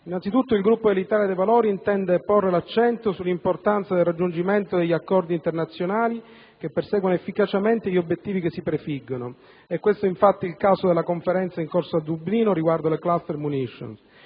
Innanzitutto, il Gruppo dell'Italia dei Valori intende porre l'accento sull'importanza del raggiungimento degli accordi internazionali che perseguono efficacemente gli obiettivi che si prefiggono. È questo, infatti, il caso della Conferenza in corso a Dublino riguardante le *cluster munition*,